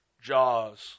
jaws